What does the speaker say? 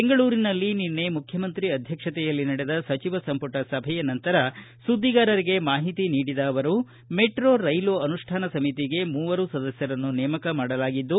ಬೆಂಗಳೂರಿನಲ್ಲಿ ನಿನ್ನೆ ಮುಖ್ಯಮಂತ್ರಿ ಅಧ್ಯಕ್ಷತೆಯಲ್ಲಿ ನಡೆದ ಸಚಿವ ಸಂಪುಟ ಸಭೆಯ ನಂತರ ಸುದ್ದಿಗಾರರಿಗೆ ಮಾಹಿತಿ ನೀಡಿದ ಅವರು ಮೆಟ್ರೋ ರೈಲು ಅನುಷ್ಠಾನ ಸಮಿತಿಗೆ ಮೂವರು ಸದಸ್ಯರ ನೇಮಕ ಮಾಡಲಾಗಿದ್ದು